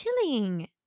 chilling